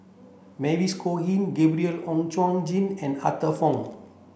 Mavis Khoo Oei Gabriel Oon Chong Jin and Arthur Fong